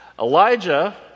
Elijah